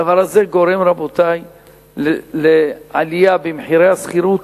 הדבר הזה גורם, רבותי, לעלייה במחירי השכירות.